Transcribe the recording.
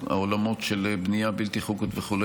בעולמות של בנייה בלתי חוקית וכו',